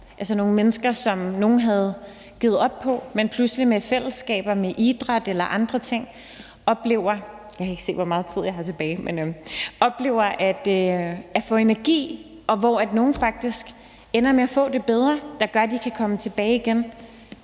altså nogle mennesker, som nogle havde givet op på, men pludselig med fællesskab, med idræt eller med andre ting oplever – jeg kan ikke se, hvor meget tid jeg har tilbage – at få energi. Nogle ender faktisk med at få det bedre og oplever, at det er det, der